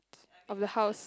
of the house